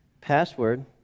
password